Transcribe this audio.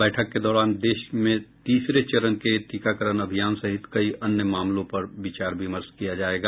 बैठक के दौरान देश में तीसरे चरण के टीकाकरण अभियान सहित कई अन्य मामलों पर विचार विमर्श किया जायेगा